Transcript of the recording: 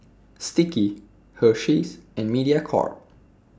Sticky Hersheys and Mediacorp